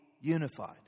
unified